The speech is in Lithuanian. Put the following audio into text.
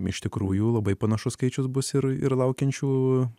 iš tikrųjų labai panašus skaičius bus ir ir laukiančių